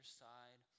side